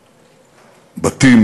בתים.